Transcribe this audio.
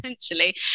essentially